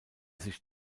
sich